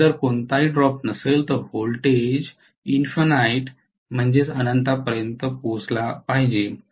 जर कोणताही ड्रॉप नसेल तर व्होल्टेज अनंतापर्यंत पोहोचला पाहिजे